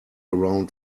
around